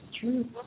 True